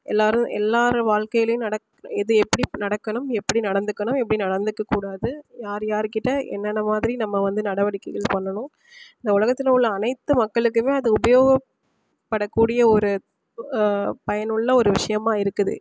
எல்லோரும் எல்லார் வாழ்க்கையிலேயும் நடக்க எது எப்படி நடக்கணும் எப்படி நடந்துக்கணும் எப்படி நடந்துக்க கூடாது யார் யார்கிட்ட என்னென்ன மாதிரி நம்ம வந்து நடவடிக்கைகள் பண்ணணும் இந்த உலகத்தில் உள்ள அனைத்து மக்களுக்குமே அது உபயோகப்படக்கூடிய ஒரு பயனுள்ள ஒரு விஷயமாக இருக்குது